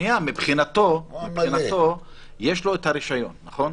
מבחינתו, יש לו את הרישיון, נכון?